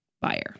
buyer